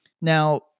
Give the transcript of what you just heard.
Now